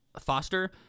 Foster